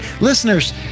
listeners